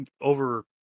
over